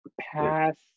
Pass